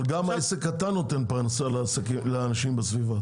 אבל גם עסק קטן נותן פרנסה לאנשים בסביבה,